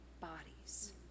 bodies